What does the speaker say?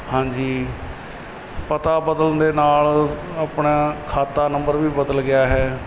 ਹਾਂਜੀ ਪਤਾ ਬਦਲਨ ਦੇ ਨਾਲ ਆਪਣਾ ਖਾਤਾ ਨੰਬਰ ਵੀ ਬਦਲ ਗਿਆ ਹੈ